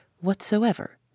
whatsoever